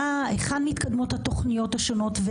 כיצד מתקדמות התוכניות השונות,